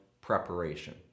preparation